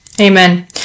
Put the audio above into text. amen